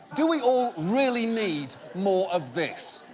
do we all really need more of this?